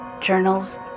journals